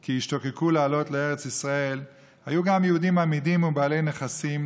כי השתוקקו לעלות לארץ ישראל היו גם יהודים אמידים ובעלי נכסים